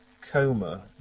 coma